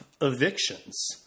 evictions